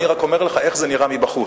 אני רק אומר לך איך זה נראה מבחוץ,